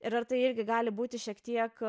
ir ar tai irgi gali būti šiek tiek